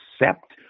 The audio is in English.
accept